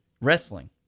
wrestling